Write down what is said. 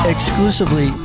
Exclusively